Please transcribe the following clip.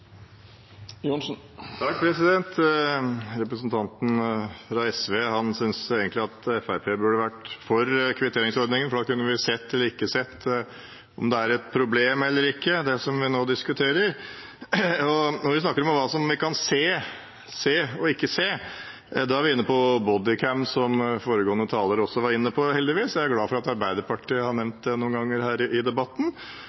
Representanten fra SV synes at Fremskrittspartiet burde vært for kvitteringsordningen, for da kunne vi sett eller ikke sett om det som vi nå diskuterer, er et problem. Når vi snakker om hva vi kan se og ikke se, er vi inne på bodycam, som foregående taler også var inne på, heldigvis. Jeg er glad for at Arbeiderpartiet har